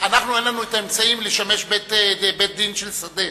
אין לנו האמצעים לשמש בית-דין שדה.